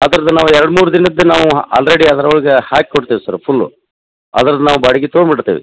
ಅದರ್ದು ನಾವು ಎರಡು ಮೂರು ದಿನದ್ದು ನಾವು ಆಲ್ರೆಡಿ ಅದರೊಳ್ಗೆ ಹಾಕ್ಕೊಡ್ತೀವಿ ಸರ್ ಫುಲ್ಲು ಅದರ್ದು ನಾವು ಬಾಡ್ಗೆ ತೊಗೊಂಬಿಡ್ತೀವಿ